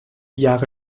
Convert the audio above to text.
jahre